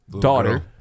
daughter